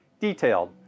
detailed